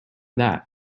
that